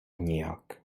nějak